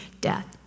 death